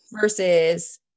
versus